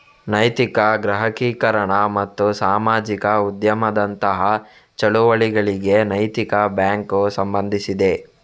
ನೈತಿಕ ಗ್ರಾಹಕೀಕರಣ ಮತ್ತು ಸಾಮಾಜಿಕ ಉದ್ಯಮದಂತಹ ಚಳುವಳಿಗಳಿಗೆ ನೈತಿಕ ಬ್ಯಾಂಕು ಸಂಬಂಧಿಸಿದೆ